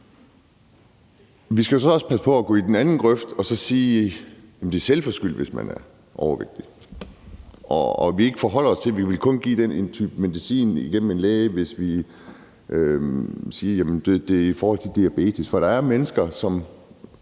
jo så også passe på med at gå i den anden grøft og sige, at det er selvforskyldt, hvis man er overvægtig, og at vi kun vil give den type medicin igennem en læge, hvis det handler om diabetes.